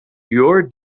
your